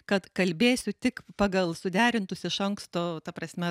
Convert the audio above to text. kad kalbėsiu tik pagal suderintus iš anksto ta prasme